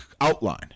outline